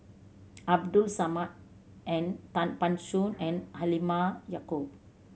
Abdul Samad and Tan Ban Soon and Halimah Yacob